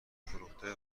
فروخته